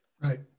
Right